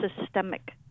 systemic